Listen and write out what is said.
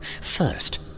First